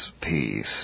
peace